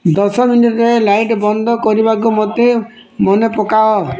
ଦଶ ମିନିଟ୍ରେ ଲାଇଟ୍ ବନ୍ଦ କରିବାକୁ ମୋତେ ମନେ ପକାଅ